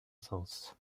sens